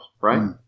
right